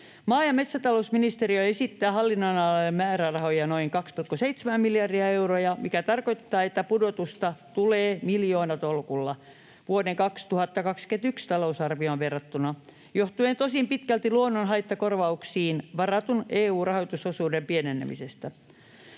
Maa- ja metsätalousministeriö esittää hallinnonalalle määrärahoja noin 2,7 miljardia euroa, mikä tarkoittaa, että pudotusta tulee miljoonatolkulla vuoden 2021 talousarvioon verrattuna, johtuen tosin pitkälti luonnonhaittakorvauksiin varatun EU-rahoitusosuuden pienenemisestä.